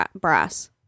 brass